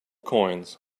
coins